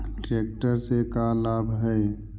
Tractor से का लाभ है?